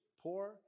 poor